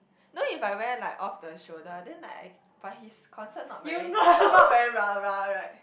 no if I wear like off the shoulder then like I but his concert not very not very rah-rah right